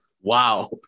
Wow